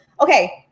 okay